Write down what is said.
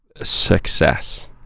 success